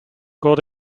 got